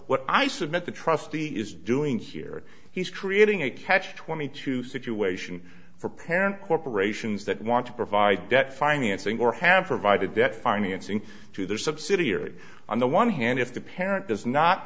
what i see the trustee is doing here he's creating a catch twenty two situation for parent corporations that want to provide debt financing or have provided debt financing to their subsidiary on the one hand if the parent does not